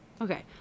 Okay